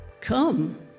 Come